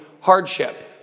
hardship